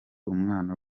umwana